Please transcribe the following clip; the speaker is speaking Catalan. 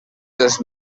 dels